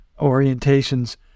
orientations